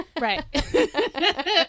right